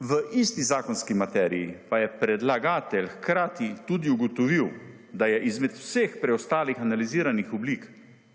V isti zakonski materiji pa je predlagatelj hkrati tudi ugotovil, da je izmed vseh preostalih analiziranih oblik